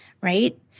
Right